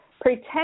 Pretend